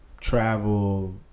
travel